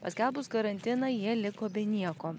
paskelbus karantiną jie liko be nieko